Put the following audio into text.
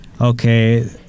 okay